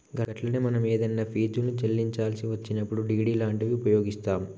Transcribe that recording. గట్లనే మనం ఏదన్నా ఫీజుల్ని చెల్లించాల్సి వచ్చినప్పుడు డి.డి లాంటివి ఉపయోగిస్తాం